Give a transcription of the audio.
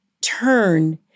turn